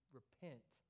repent